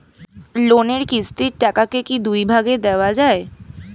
লোনের কিস্তির টাকাকে কি দুই ভাগে দেওয়া যায়?